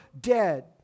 dead